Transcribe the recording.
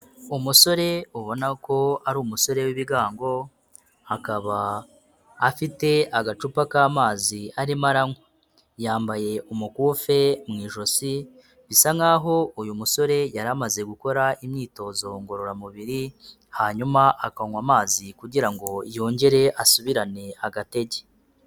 Umusore ubona ko ari umusore w'ibigango, akaba afite agacupa k'amazi arimo aranywa. Yambaye umukufi mu ijosi bisa nk'aho uyu musore yari amaze gukora imyitozo ngororamubiri, hanyuma akanywa amazi kugira ngo yongere asubirane agatege.